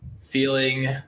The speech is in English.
feeling